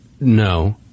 No